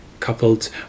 coupled